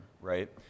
right